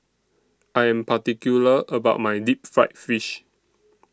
I Am particular about My Deep Fried Fish